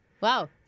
Wow